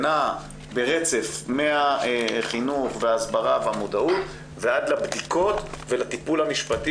שנעה ברצף מהחינוך וההסברה והמודעות ועד לבדיקות ולטיפול המשפטי,